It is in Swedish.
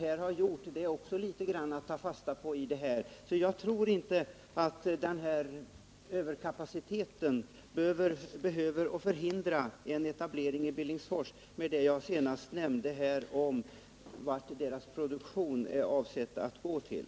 Jag tror alltså inte att den nuvarande eventuella överkapaciteten behöver innebära att man förhindras att snarast fatta ett beslut i frågan om Förenade Well.